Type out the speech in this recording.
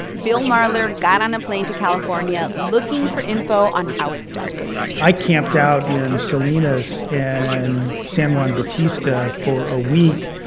bill marler got on a plane to california looking for info on how it started i camped out in salinas and san juan bautista for a week,